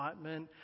excitement